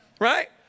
right